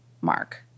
mark